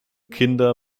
kinder